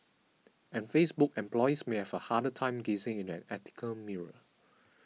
and Facebook employees may have a harder time gazing in an ethical mirror